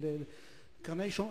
קרני-שומרון,